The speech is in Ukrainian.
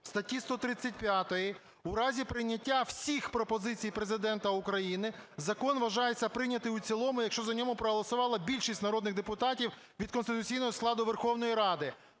статті 135 у разі прийняття всіх пропозиції Президента України закон вважається прийнятим у цілому, якщо за нього проголосувала більшість народних депутатів від конституційного складу Верховної Ради.